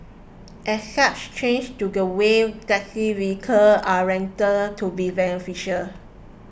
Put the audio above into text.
as such changes to the way taxi vehicles are rented could be beneficial